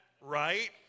right